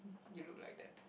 you look like that